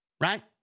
right